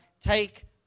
Take